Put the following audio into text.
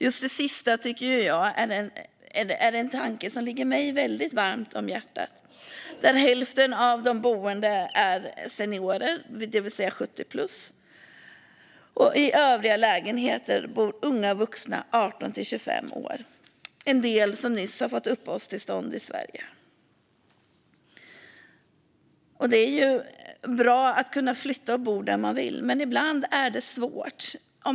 Just det sista är en tanke som ligger mig väldigt varmt om hjärtat. Där är hälften av de boende seniorer, det vill säga 70-plus. I övriga lägenheter bor unga vuxna, 18-25 år, en del som nyss har fått uppehållstillstånd i Sverige. Det är bra att kunna flytta och bo där man vill, men ibland är det svårt.